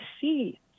see